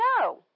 No